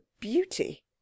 beauty